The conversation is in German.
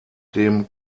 dem